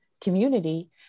community